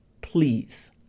Please